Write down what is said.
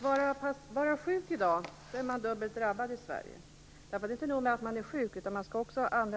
Fru talman!